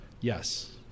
Yes